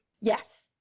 Yes